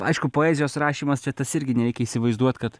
aišku poezijos rašymas čia tas irgi nereikia įsivaizduot kad